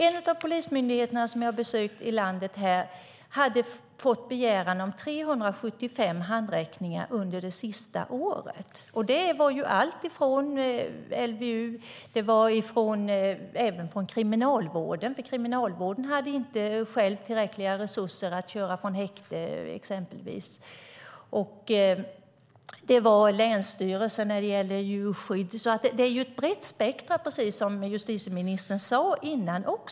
En av polismyndigheterna som jag har besökt i landet hade fått begäran om 375 handräckningar under det senaste året. Det gällde LVU och även från Kriminalvården. Kriminalvården hade själv inte tillräckliga resurser att köra exempelvis personer från häkte. Det var också länsstyrelsen när det gällde djurskydd. Det är ett brett spektrum, precis som justitieministern sade innan.